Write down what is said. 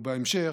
ובהמשך,